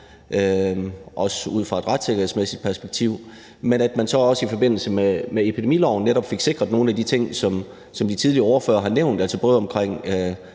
også ud fra et retssikkerhedsmæssigt perspektiv, så fik man også i forbindelse med epidemiloven netop sikret nogle af de ting, som de tidligere ordførere har nævnt, altså både om